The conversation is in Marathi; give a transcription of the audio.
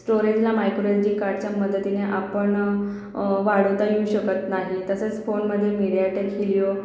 स्टोरेजला मायक्रो एल जी कार्डच्या मदतीने आपण वाढवता येऊ शकत नाही तसेच फोनमध्ये मिडियाटेक हिलियो